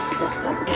system